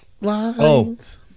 Lines